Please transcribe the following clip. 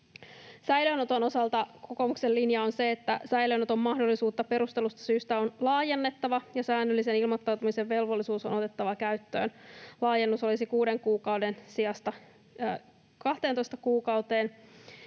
Säilöönoton osalta kokoomuksen linja on se, että säilöönoton mahdollisuutta perustellusta syystä on laajennettava ja säännöllisen ilmoittautumisen velvollisuus on otettava käyttöön. Laajennus olisi 6 kuukauden sijasta 12 kuukauteen,